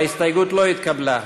ההסתייגות לא התקבלה.